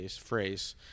phrase